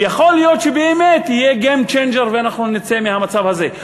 ויכול להיות שבאמת יהיה זה game changer ואנחנו נצא מהמצב הזה.